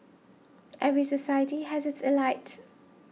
every society has its elite